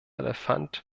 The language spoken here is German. elefant